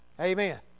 Amen